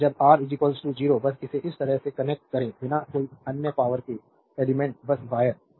और जब आर 0 बस इसे इस तरह से कनेक्ट करें बिना कोई अन्य पावरके एलिमेंट्स बस वायर